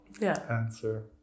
answer